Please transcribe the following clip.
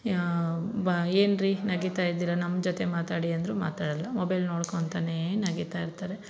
ಯಾ ಬ ಏನ್ರೀ ನಗಿತ ಇದ್ದೀರಾ ನಮ್ಮ ಜೊತೆ ಮಾತಾಡಿ ಅಂದರೂ ಮಾತಾಡಲ್ಲ ಮೊಬೈಲ್ ನೋಡ್ಕೊಂತಾನೇ ನಗಿತ ಇರ್ತಾರೆ